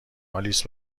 آلیس